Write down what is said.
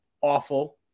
awful